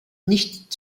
nicht